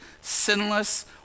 sinless